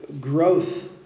growth